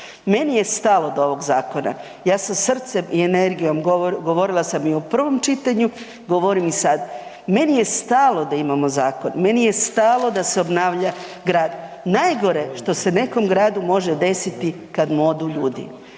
Meni je stalo do ovog zakona, ja sa srcem i energijom govorila sam i u prvom čitanju, govorim i sad. Meni je stalo da imamo zakon, meni je stalo da se obnavlja grad. Najgore što se nekom gradu može desiti kad mu odu ljudi.